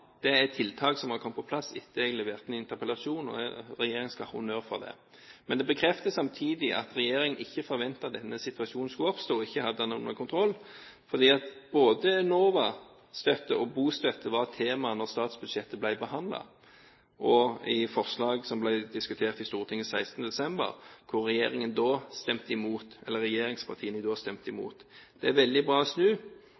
Dette er tiltak som har kommet på plass etter at jeg leverte en interpellasjon. Regjeringen skal ha honnør for det. Men det bekrefter samtidig at regjeringen ikke ventet at denne situasjonen skulle oppstå og at en ikke hadde den under kontroll, fordi både Enova-støtte og bostøtte var et tema da statsbudsjettet ble behandlet og i forslag som ble diskutert i Stortinget 16. desember – og regjeringspartiene stemte da imot.